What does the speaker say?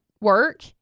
work